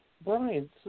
Brian